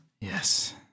yes